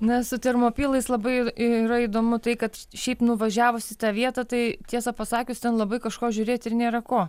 na su termopilais labai yra įdomu tai kad šiaip nuvažiavus į tą vietą tai tiesa pasakius ten labai kažko žiūrėti ir nėra ko